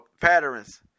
patterns